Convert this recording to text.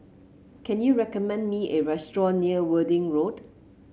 can you recommend me a restaurant near Worthing Road